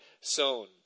sown